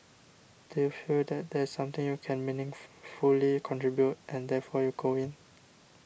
do you feel that there's something you can meaning fully contribute and therefore you go in